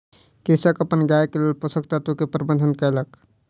कृषक अपन गायक लेल पोषक तत्व के प्रबंध कयलक